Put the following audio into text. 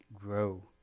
grow